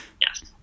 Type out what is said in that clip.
Yes